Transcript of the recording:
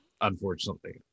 unfortunately